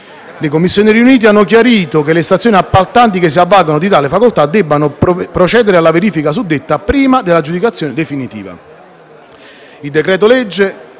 Le Commissioni riunite hanno chiarito che le stazioni appaltanti che si avvalgano di tale facoltà debbono procedere alla verifica suddetta prima dell'aggiudicazione definitiva.